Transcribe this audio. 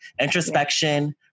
introspection